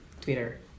twitter